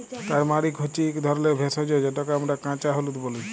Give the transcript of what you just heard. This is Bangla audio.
টারমারিক হছে ইক ধরলের ভেষজ যেটকে আমরা কাঁচা হলুদ ব্যলি